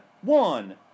One